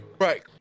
right